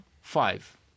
five